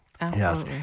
Yes